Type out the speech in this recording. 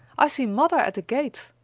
i see mother at the gate.